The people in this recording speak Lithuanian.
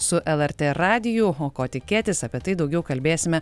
su lrt radiju o ko tikėtis apie tai daugiau kalbėsime